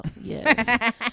Yes